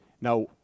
Now